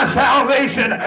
salvation